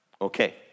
Okay